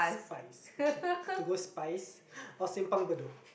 spize okay you have to go spize or simpang-bedok